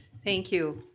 thank you.